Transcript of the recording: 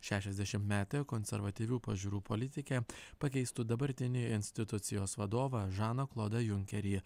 šešiasdešimtmetė konservatyvių pažiūrų politikė pakeistų dabartinį institucijos vadovą žaną klodą junkerį